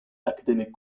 academic